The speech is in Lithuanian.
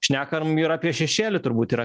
šnekam ir apie šešėlį turbūt yra